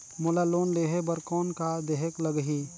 मोला लोन लेहे बर कौन का देहेक लगही?